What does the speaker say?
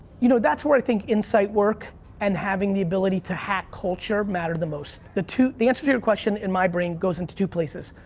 you know that's where i think insight work and having the ability to hack culture matter the most. the two, the answer to your question ion my brain goes into two places.